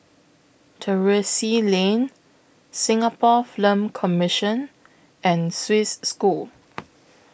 Terrasse Lane Singapore Film Commission and Swiss School